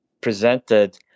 presented